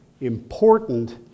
important